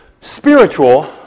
spiritual